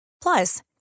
Plus